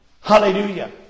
Hallelujah